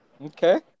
okay